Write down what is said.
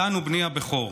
מתן הוא בני הבכור,